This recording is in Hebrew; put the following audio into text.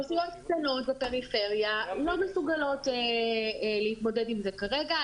רשויות קטנות בפריפריה לא מסוגלות להתמודד עם זה כרגע.